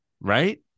right